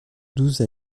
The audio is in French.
douze